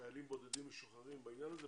חיילים בודדים משוחררים בעניין הזה.